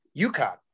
UConn